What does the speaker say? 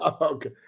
Okay